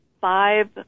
five